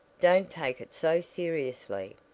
don't take it so seriously.